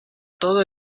todo